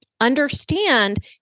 understand